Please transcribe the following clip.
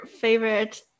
favorite